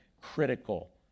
critical